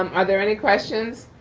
um are there any questions.